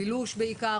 בילוש בעיקר,